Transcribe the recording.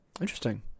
Interesting